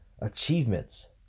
achievements